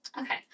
okay